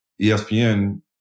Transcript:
ESPN